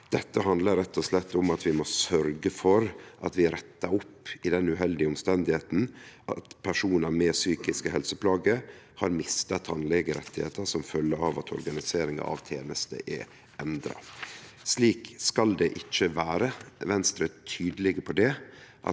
Dette handlar rett og slett om at vi må sørgje for at vi rettar opp i det uheldige omstendet at personar med psykiske helseplager har mista tannlegerettar som følgje av at organiseringa av tenester er endra. Slik skal det ikkje vere. Venstre er tydelege på at